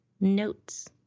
Notes